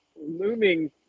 looming